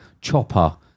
Chopper